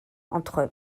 entre